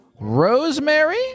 Rosemary